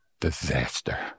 disaster